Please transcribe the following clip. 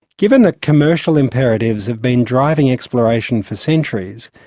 given that commercial imperatives have been driving exploration for centuries,